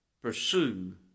Pursue